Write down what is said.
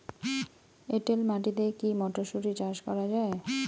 এটেল মাটিতে কী মটরশুটি চাষ করা য়ায়?